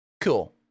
Cool